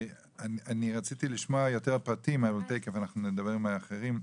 רציתי לשמוע יותר פרטים --- נדבר עם האחרים.